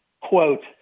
quote